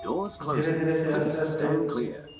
ᱫᱷᱤᱨᱮ ᱫᱷᱤᱨᱮ ᱥᱮ ᱟᱥᱛᱮ ᱟᱥᱛᱮ